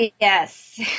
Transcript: yes